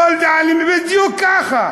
כל דאלים, בדיוק ככה.